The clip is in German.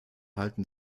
halten